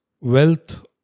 wealth